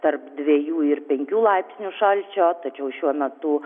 tarp dviejų ir penkių laipsnių šalčio tačiau šiuo metu